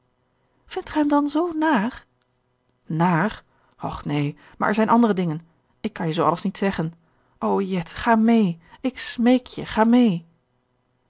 ge hem dan zoo naar naar och neen maar er zijn andere dingen ik kan je zoo alles niet zeggen o jet ga mee ik smeek je ga mee